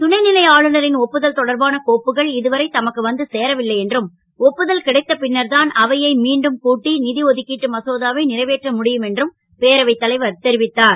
துணை லை ஆளுநரின் ஒப்புதல் தொடர்பான கோப்புகள் இதுவரை தமக்கு வந்து சேரவில்லை என்றும் ஒப்புதல் கிடைத்த பின்னர்தான் அவையை மீண்டும் கூட்டி றைவேற்ற முடியும் என்றும் பேரவைத் தலைவர் தெரிவித்தார்